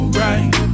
right